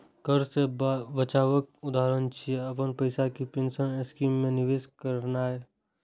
कर सं बचावक उदाहरण छियै, अपन पैसा कें पेंशन स्कीम मे निवेश करनाय